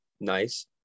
nice